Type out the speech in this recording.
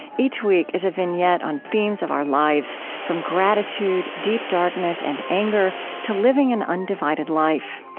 each week is a vignette on themes of our lives from gratitude, deep darkness, and anger, to living an undivided life.